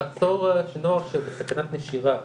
לעצור נוער שבסכנת נשירה